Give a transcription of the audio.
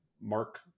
Mark